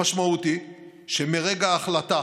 המשמעות היא שמרגע ההחלטה